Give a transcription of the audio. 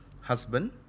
husband